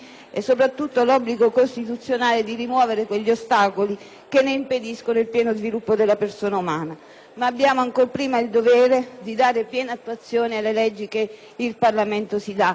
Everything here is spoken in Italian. e, soprattutto, l'obbligo costituzionale di rimuovere quegli ostacoli che impediscono il pieno sviluppo della persona umana, ma, ancor prima, abbiamo il dovere di dare piena attuazione alle leggi che il Parlamento